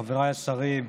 חבריי השרים,